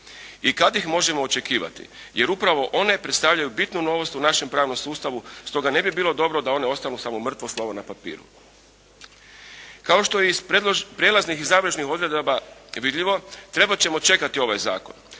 i kad ih možemo očekivati jer upravo one predstavljaju bitnu novost u našem pravnom sustavu. Stoga ne bi bilo dobro da one ostanu samo mrtvo slovo na papiru. Kao što je iz prijelaznih i završnih odredaba vidljivo trebat ćemo čekati ovaj zakon.